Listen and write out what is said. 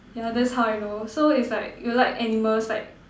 ya that's how I know so it's like you like animals like